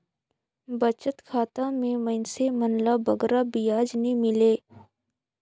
बचत खाता में मइनसे मन ल बगरा बियाज नी मिले